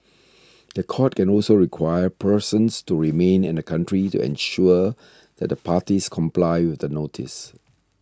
the court can also require persons to remain in the country to ensure that the parties comply with the notice